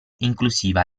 inclusiva